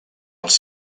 els